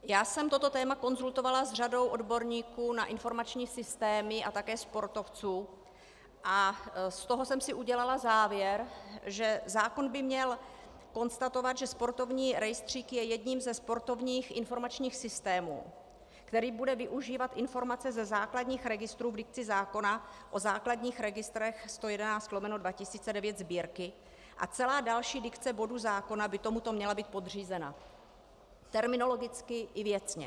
Já jsem toto téma konzultovala s řadou odborníků na informační systémy a také sportovců a z toho jsem si udělala závěr, že zákon by měl konstatovat, že sportovní rejstřík je jedním ze sportovních informačních systémů, který bude využívat informace ze základních registrů v dikci zákona o základních registrech č. 111/2009 Sb. a celá další dikce bodu zákona by tomuto měla být podřízena terminologicky i věcně.